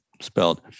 spelled